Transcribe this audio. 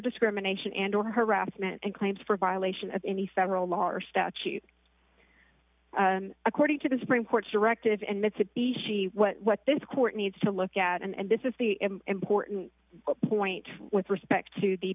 discrimination and harassment and claims for violation of any federal law or statute according to the supreme court's directive and mitsubishi what what this court needs to look at and this is the important point with respect to the